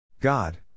God